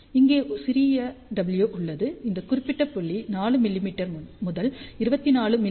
இங்கே சிறிய w உள்ளது இந்த குறிப்பிட்ட புள்ளி 4 மிமீ முதல் 24 மி